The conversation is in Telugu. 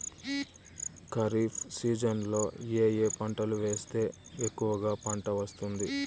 ఖరీఫ్ సీజన్లలో ఏ ఏ పంటలు వేస్తే ఎక్కువగా పంట వస్తుంది?